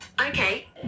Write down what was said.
Okay